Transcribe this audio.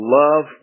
love